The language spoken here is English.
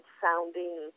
sounding